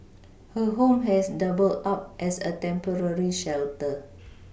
her home has doubled up as a temporary shelter